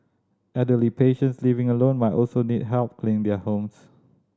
elderly patients living alone might also need help cleaning their homes